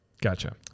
Gotcha